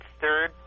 Third